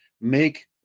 make